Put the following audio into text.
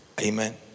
Amen